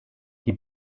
die